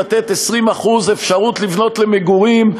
לתת אפשרות לבנות 20% למגורים,